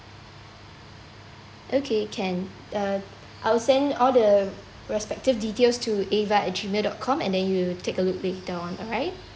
okay can uh I'll send all the respective details to ava at gmail dot com and then you take a look later on alright